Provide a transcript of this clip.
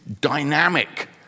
dynamic